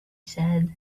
said